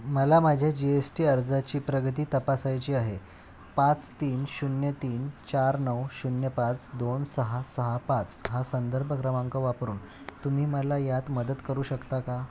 मला माझ्या G S T अर्जाची प्रगती तपासायची आहे पाच तीन शून्य तीन चार नऊ शून्य पाच दोन सहा सहा पाच हा संदर्भ क्रमांक वापरून तुम्ही मला यात मदत करू शकता का